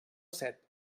set